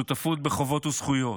שותפות בחובות ובזכויות,